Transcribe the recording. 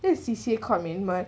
C_C_A commitment